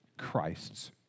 Christ's